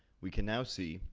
we can now see,